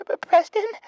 Preston